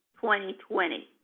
2020